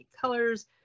colors